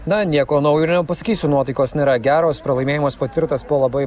na nieko naujo nepasakysiu nuotaikos nėra geros pralaimėjimas patirtas po labai